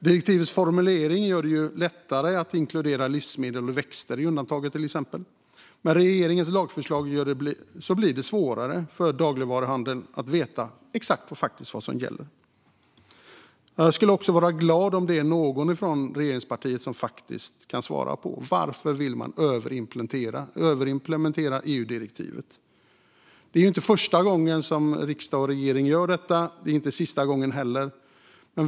Direktivets formulering gör det lättare att inkludera livsmedel och växter i undantaget. Men regeringens lagförslag gör att det blir svårare för dagligvaruhandeln att veta exakt vad som faktiskt gäller. Jag skulle bli glad om någon från regeringspartiet kunde svara på varför man vill överimplementera EU-direktivet. Det är ju inte första gången som riksdag och regering gör detta. Det är inte sista gången heller.